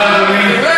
הוא לא יכול.